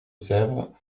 sèvres